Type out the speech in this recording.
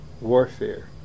warfare